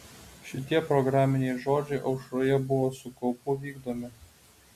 šitie programiniai žodžiai aušroje buvo su kaupu vykdomi